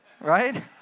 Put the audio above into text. right